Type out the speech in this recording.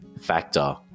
factor